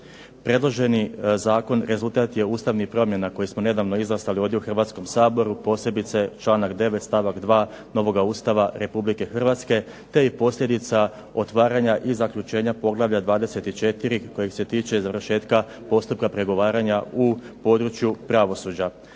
Predloženi zakon rezultat je ustavnih promjena koje smo nedavno izglasali ovdje u Hrvatskom saboru, posebice članak 9. stavak 2. novoga Ustava Republike Hrvatske, te je i posljedica otvaranja i zaključenja poglavlja 24. koji se tiče završetka postupka pregovaranja u području pravosuđa.